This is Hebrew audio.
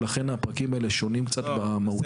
ולכן הפרקים האלה שונים קצת במהות שלהם.